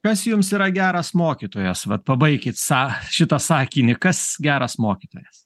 kas jums yra geras mokytojas vat pabaikit sa šitą sakinį kas geras mokytojas